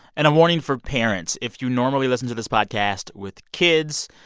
and, a warning for parents. if you normally listen to this podcast with kids,